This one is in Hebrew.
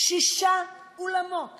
שישה עולמות